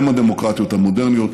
אם הדמוקרטיות המודרניות,